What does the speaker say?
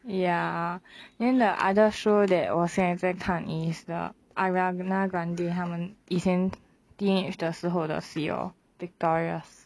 ya then the other show that 我现在在看 is the ariana grande 他们以前 teenage 的时候的戏 lor victorious